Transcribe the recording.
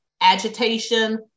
agitation